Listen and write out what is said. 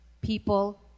people